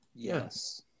Yes